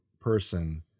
person